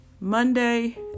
Monday